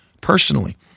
personally